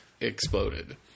exploded